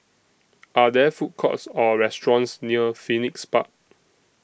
Are There Food Courts Or restaurants near Phoenix Park